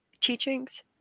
teachings